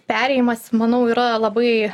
perėjimas manau yra labai